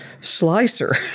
slicer